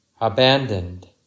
abandoned